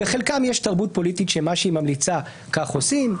בחלקן יש תרבות פוליטית שמה שהיא ממליצה כך עושים,